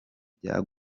bya